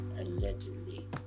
allegedly